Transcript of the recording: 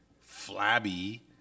flabby